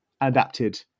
adapted